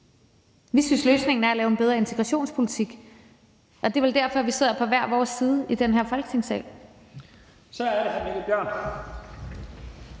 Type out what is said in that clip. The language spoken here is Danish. Vi synes, løsningen er at lave en bedre integrationspolitik, og det er vel derfor, vi sidder på hver vores side i den her Folketingssal. Kl. 12:00 Første